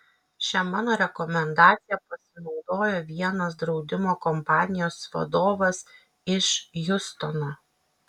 šia mano rekomendacija pasinaudojo vienas draudimo kompanijos vadovas iš hjustono